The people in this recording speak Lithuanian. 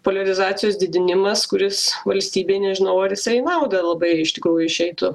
poliarizacijos didinimas kuris valstybei nežinau ar jisai į nauda labai iš tikrųjų išeitų